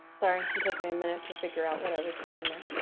sorry it took me a minute to figure out what i was doing there.